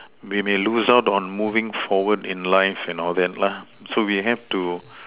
we may lose out on moving forward in life and all that so we have to